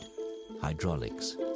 hydraulics